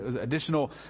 additional